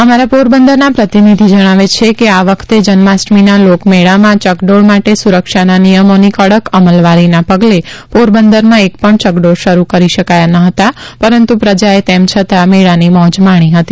અમારા પોરબંદરના પ્રતિનિધિ જણાવે છે કે આ વખતે જન્માષ્ટમીના લોક મેળામાં ચકડોળ માટે સુરક્ષાના નિયમોની કડક અમલવારીના પગલે પોરબંદરમાં એકપણ ચકડોળ શરૂ કરી શકાયા નહતા પરંતુ પ્રજાએ તેમ છતાં મેળાની મોજ માણી હતી